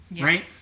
Right